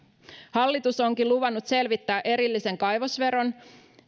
hallitus onkin luvannut selvittää erillisen kaivosveron